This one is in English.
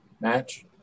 match